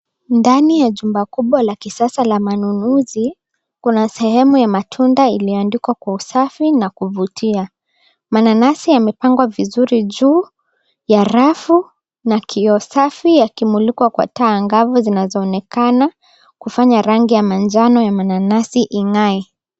Ndani ya jumba kubwa la kisasa la manunuzi, kuna sehemu ya matunda iliyoandikwa kwa usafi na kuvutia. Mananasi yamepangwa vizuri juu ya rafu, na kioo safi yakimulikwa kwa taa angavu zinazoonekana, kufanya rangi ya manjano ya mananasi ing'ae.